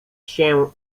się